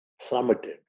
plummeted